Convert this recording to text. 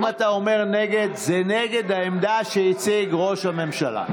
אם אתה אומר נגד, זה נגד העמדה שהציג ראש הממשלה.